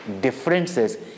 differences